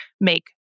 make